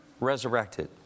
resurrected